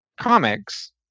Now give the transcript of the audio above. comics